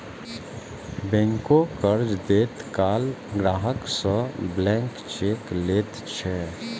बैंको कर्ज दैत काल ग्राहक सं ब्लैंक चेक लैत छै